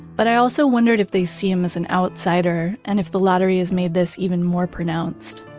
but i also wondered if they seem him as an outsider and if the lottery has made this even more pronounced.